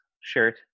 shirt